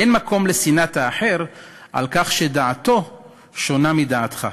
אין מקום לשנאת האחר על כך שדעתו שונה מדעתך.